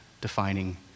defining